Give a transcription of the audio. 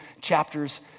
chapters